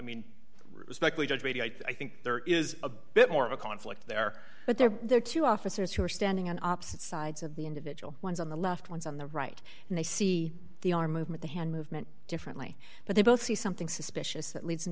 maybe i think there is a bit more of a conflict there but there there are two officers who are standing on opposite sides of the individual ones on the left ones on the right and they see the arm movement the hand movement differently but they both see something suspicious that leads